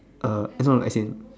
uh eh no as in